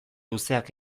luzeak